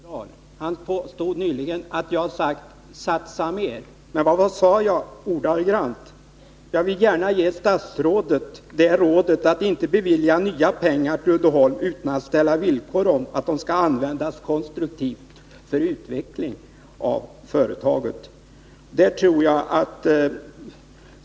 Herr talman! Nils Åsling skall inte lära mig debattmoral. Han påstod nyligen att jag sagt: Satsa mer. Men vad sade jag? Jo, följande: Jag ville ge statsrådet det rådet att inte bevilja nya pengar till Uddeholm utan att ställa villkor om att de skall användas konstruktivt för utveckling av företaget.